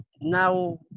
now